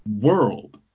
world